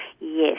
Yes